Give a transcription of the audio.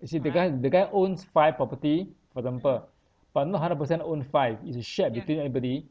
you see the guy the guy owns five property for example but not hundred percent own five is a shared between everybody